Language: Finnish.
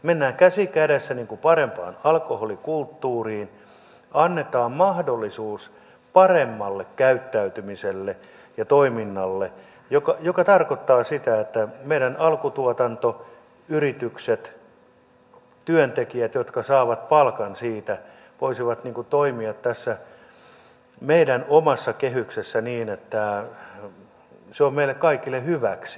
mennään käsi kädessä parempaan alkoholikulttuuriin annetaan mahdollisuus paremmalle käyttäytymiselle ja toiminnalle mikä tarkoittaa sitä että meidän alkutuotanto yritykset työntekijät jotka saavat palkan siitä voisivat toimia tässä meidän omassa kehyksessämme niin että se on meille kaikille hyväksi